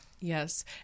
Yes